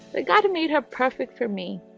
ah god made her perfect for me